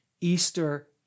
Easter